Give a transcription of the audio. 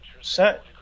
set